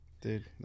dude